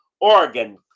Oregon